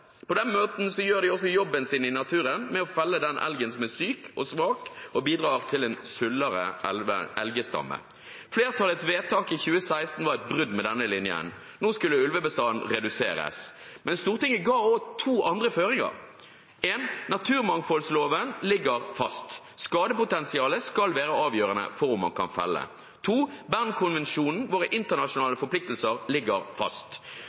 På den måten gjør de også jobben sin i naturen med å felle den elgen som er syk og svak, og bidrar til en sunnere elgstamme. Flertallets vedtak i 2016 var et brudd med denne linjen – nå skulle ulvebestanden reduseres. Men Stortinget ga også to andre føringer: Naturmangfoldloven ligger fast. Skadepotensialet skal være avgjørende for om man kan felle. Bern-konvensjonen og våre internasjonale forpliktelser ligger fast.